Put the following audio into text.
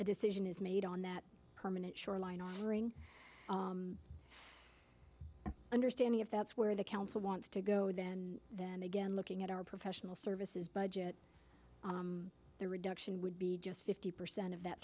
before decision is made on that permanent shoreline bring understanding if that's where the council wants to go then then again looking at our professional services budget the reduction would be just fifty percent of that